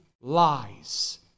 lies